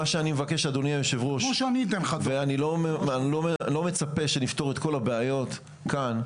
אני לא מצפה שנפתור את כל הבעיות כאן,